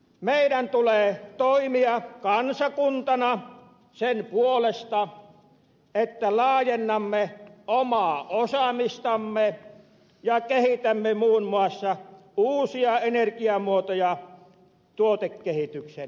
meidän tulee toimia kansakuntana sen puolesta että laajennamme omaa osaamistamme ja kehitämme muun muassa uusia energiamuotoja tuotekehityksen keinoin